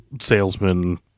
salesman